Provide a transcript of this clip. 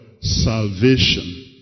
Salvation